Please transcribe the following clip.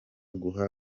guha